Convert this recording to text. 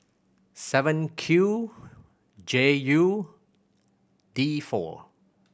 seven Q J U D four